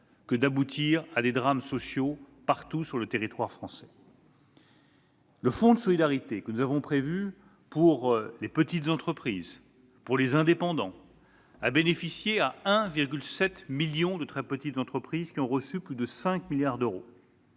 que d'aboutir à des drames sociaux partout sur le territoire français. Le fonds de solidarité que nous avons prévu pour les petites entreprises et pour les indépendants a bénéficié à 1,7 million de très petites entreprises, qui ont reçu plus de 5 milliards d'euros.